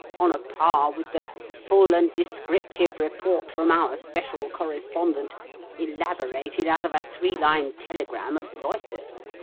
on a par with the full and descriptive report from our special correspondent elaborated out of a three-line telegram of reuter's.